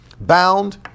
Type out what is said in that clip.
Bound